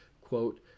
quote